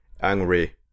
angry